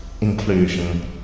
inclusion